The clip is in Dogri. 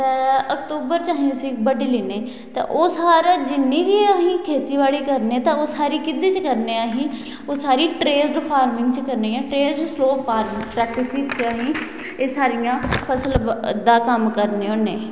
ते अक्तूबर च अस उसी बड्ढी लैने ते ओह् सारा जि'न्नी बी अहीं खेती बाड़ी करने ते ओह् सारी केह्दे च करने अहीं ओह् सारी टेरेस्ड फार्मिंग च करने आं टेरेस्ड स्लोप फार्मिंग अहीं एह् सारियां फसल दा कम्म करने होने